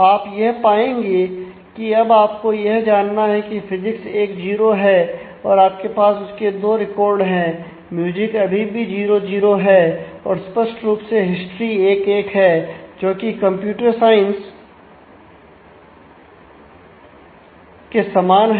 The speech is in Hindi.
आप यह पाएंगे कि अब आपको यह जानना है कि फिजिक्स 1 0 हैं और आपके पास उसके दो रिकॉर्ड हैं म्यूजिक अभी भी 0 0 है और स्पष्ट रूप से हिस्ट्री 1 1 है जोकि कंप्यूटर साइंस के समान हैं